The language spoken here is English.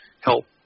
help